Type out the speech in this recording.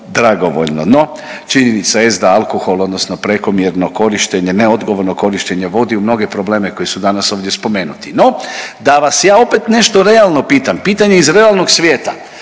No, činjenica jest da alkohol odnosno prekomjerno korištenje i neodgovorno korištenje vodi u mnoge probleme koji su danas ovdje spomenuti. No, da vas ja opet nešto realno pitam, pitanje iz realnog svijeta.